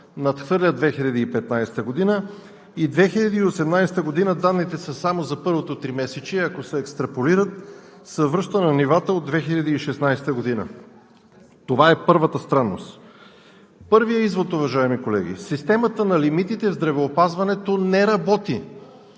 надхвърлят 2015 г.; и 2018 г. данните са само за първото тримесечие, ако се екстраполират, се връща на нивата от 2016 г. Това е първата странност. Първият извод, уважаеми колеги, системата на лимитите в здравеопазването не работи!